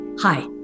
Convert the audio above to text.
Hi